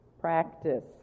practice